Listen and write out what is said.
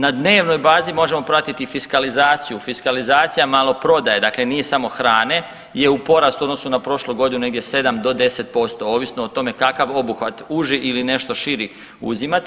Na dnevnoj bazi možemo pratiti fiskazlizaciju, fiskalizacija maloprodaje, dakle nije samo hrane je u porastu u odnosu na prošlu godinu negdje 7 do 10% ovisno o tome kakav obuhvat uži ili nešto širi uzimate.